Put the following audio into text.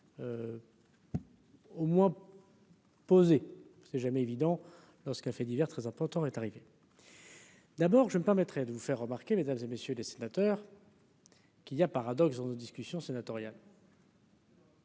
Au moins. C'est jamais évident lorsqu'un fait divers, très important, est arrivé, d'abord je me permettrai de vous faire remarquer, mesdames et messieurs les sénateurs, qu'il y a paradoxe dans nos discussions sénatoriale.